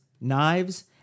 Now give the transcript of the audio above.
knives